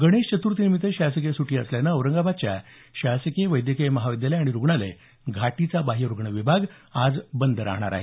गणेश चतुर्थी निमित्त शासकीय सुटी असल्यानं औरंगाबादच्या शासकीय वैद्यकीय महाविद्यालय आणि रुग्णालय घाटीचा बाह्यरुग्ण विभाग आज बंद राहणार आहे